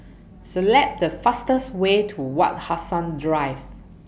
Select The fastest Way to Wak Hassan Drive